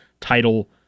title